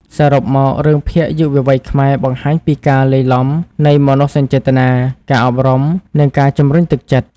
សរុបមក រឿងភាគយុវវ័យខ្មែរបង្ហាញពីការលាយឡំនៃមនោសញ្ចេតនា ការអប់រំ និងការជំរុញទឹកចិត្ត។